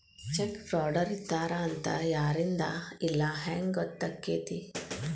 Check ಫ್ರಾಡರಿದ್ದಾರ ಅಂತ ಯಾರಿಂದಾ ಇಲ್ಲಾ ಹೆಂಗ್ ಗೊತ್ತಕ್ಕೇತಿ?